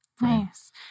Nice